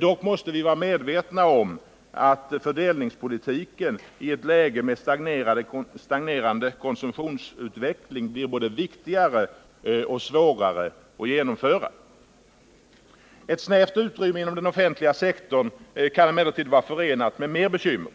Dock måste vi vara medvetna om att fördelningspolitiken i ett läge med stagnerande konsumtionsutveckling blir både viktigare och svårare att genomföra. Ett snävt utrymme inom den offentliga sektorn kan emellertid vara förenat med mer bekymmer.